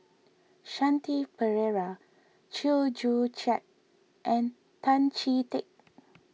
Shanti Pereira Chew Joo Chiat and Tan Chee Teck